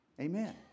Amen